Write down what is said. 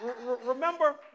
Remember